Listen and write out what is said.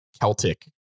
Celtic